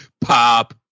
pop